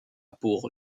pour